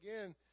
again